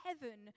heaven